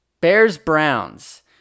Bears-Browns